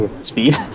speed